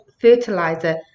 fertilizer